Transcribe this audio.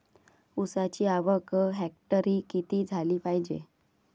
ऊसाची आवक हेक्टरी किती झाली पायजे?